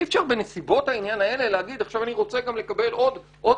אי אפשר בנסיבות העניין האלה להגיד: עכשיו אני רוצה גם לקבל עוד